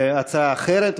הצעה אחרת,